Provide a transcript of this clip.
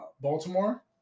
Baltimore